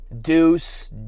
Deuce